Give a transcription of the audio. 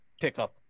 pickup